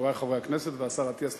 חברי חברי הכנסת והשר אטיאס,